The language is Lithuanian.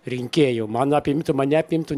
rinkėjų man apimtų mane apimtų